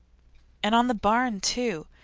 and on the barn, too.